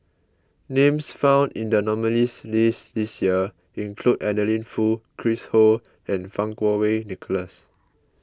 names found in the nominees' list this year include Adeline Foo Chris Ho and Fang Kuo Wei Nicholas